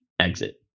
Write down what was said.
exit